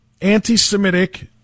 anti-Semitic